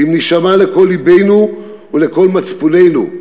ואם נשמע לקול לבנו ולקול מצפוננו,